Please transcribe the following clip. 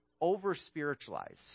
over-spiritualize